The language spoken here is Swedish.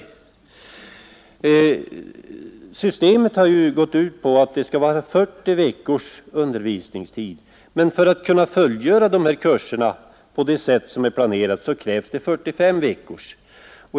Systemet har gått ut på 40 veckors undervisningstid, men för att kunna fullgöra kurserna på det sätt som är planerat krävs det 45 veckor.